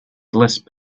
lisp